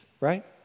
right